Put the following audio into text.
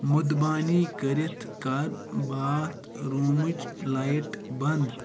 مُدبانی کٔرِتھ کر باتھ روٗمٕچ لایٹ بنٛد